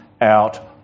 out